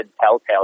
Telltale